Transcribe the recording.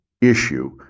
issue